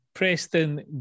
Preston